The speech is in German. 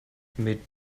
mit